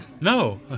No